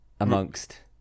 Amongst